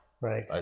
right